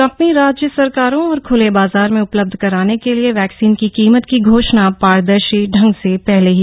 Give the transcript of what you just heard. company राज्य सरकारों और ख्ले बाजार में उपलब्ध कराने के लिए वैक्सीन की कीमत की घोषणा पारदर्शी ढंग से पहले ही करेगी